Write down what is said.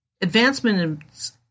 Advancements